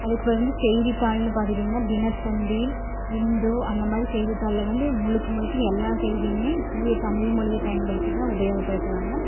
அதுக்கப்பறம் வந்து செய்தித்தாள்னு பார்த்துகிட்டிங்க்னா தினத்தந்தி இந்து அந்த மாதிரி செய்தித்தாளில் வந்து முழுக்க முழுக்க எல்லா செய்தியுமே தூய தமிழ் மொழியை பயன்படுத்தி தான் உபயோகப்படுத்துவாங்க